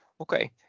okay